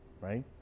right